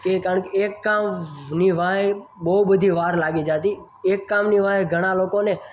કે કારણ કે એક કામની વાંહે બહુ બધી વાર લાગી જતી એક કામની વાંહે ઘણાં લોકોને